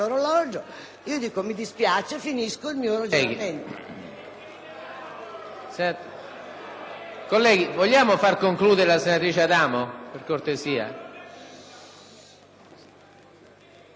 Colleghi, vogliamo far concludere la senatrice Adamo, per cortesia? La seduta terminerà alle ore 13,00 e tra l'altro verrà